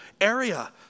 area